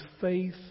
faith